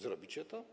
Zrobicie to?